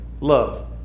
Love